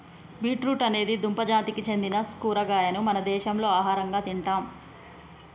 beet root అనేది దుంప జాతికి సెందిన కూరగాయను మన దేశంలో ఆహరంగా తింటాం